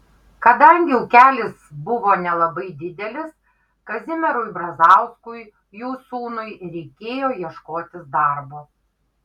kadangi ūkelis buvo nelabai didelis kazimierui brazauskui jų sūnui reikėjo ieškotis darbo